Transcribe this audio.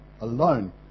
alone